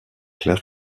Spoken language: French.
clerc